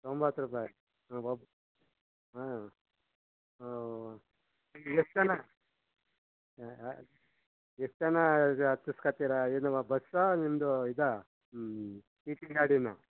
ತೊಂಬತ್ತು ರೂಪಾಯಿ ಒಬ್ಬ ಹಾಂ ಹಾಂ ಎಷ್ಟು ಜನ ಎಷ್ಟು ಜನ ಅದು ಹತ್ತಿಸ್ಕತ್ತೀರ ಏನು ಬಸ್ಸಾ ನಿಮ್ಮದು ಇದಾ ಟಿ ಟಿ ಗಾಡಿನಾ